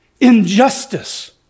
injustice